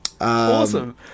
awesome